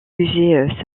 musée